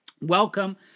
Welcome